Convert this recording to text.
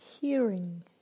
hearing